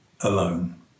alone